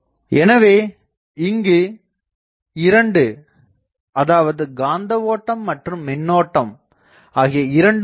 எனவே இங்கு இரண்டு அதாவது காந்த ஓட்டம் மற்றும் மின்னோட்டம் ஆகிய இரண்டும் இருக்கும்